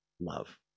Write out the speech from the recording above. love